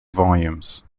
volumes